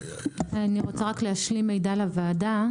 אני רוצה רק להשלים מידע לוועדה.